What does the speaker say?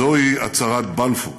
זוהי הצהרת בלפור